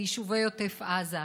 ביישובי עוטף עזה.